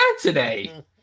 today